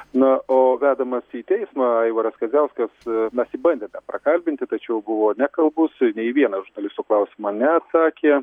na o vedamas į teismą aivaras kadziauskas mes jį bandėme prakalbinti tačiau buvo nekalbus nei į vieną žurnalistų klausimą neatsakė